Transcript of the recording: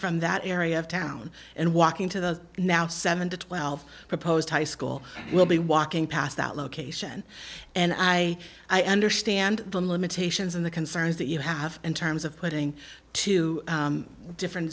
from that area of town and walk into the now seven to twelve proposed high school will be walking past that location and i understand the limitations of the concerns that you have in terms of putting two different